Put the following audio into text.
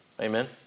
Amen